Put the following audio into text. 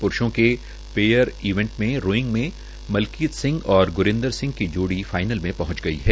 प्रूषों में pair event में रोईंग में मलकीत सिंह और ग्रिंदर सिंह की जोड़ी फाईनल में पहंच गयी है